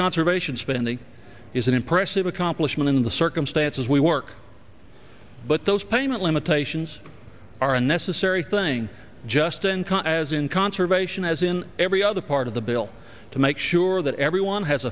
conservation spending is an impressive accomplishment in the circumstances we work but those payment limitations are a necessary thing just uncommon as in conservation as in every other part of the bill to make sure that everyone has